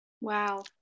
wow